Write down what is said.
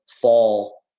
fall